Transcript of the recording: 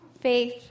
Faith